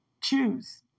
choose